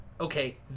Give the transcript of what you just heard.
okay